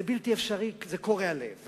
זה בלתי אפשרי וזה קורע לב.